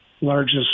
Largest